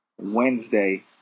wednesday